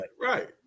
right